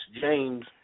James